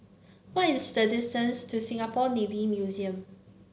why is the distance to Singapore Navy Museum